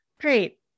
Great